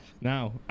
now